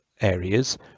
areas